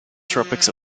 tropics